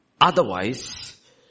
Otherwise